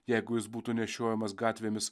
jeigu jis būtų nešiojamas gatvėmis